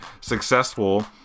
successful